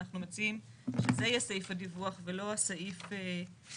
אנחנו מציעים שזה יהיה סעיף הדיווח ולא הסעיף שהקראנו,